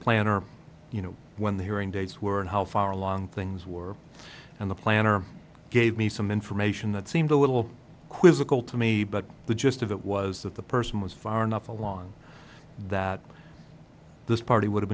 planner you know when the hearing dates were and how far along things were and the planner gave me some information that seemed a little quizzical to me but the gist of it was that the person was far enough along that this party would